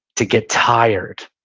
to get tired